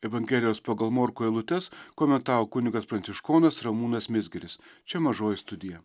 evangelijos pagal morkų eilutes komentavo kunigas pranciškonas ramūnas mizgiris čia mažoji studija